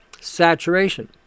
saturation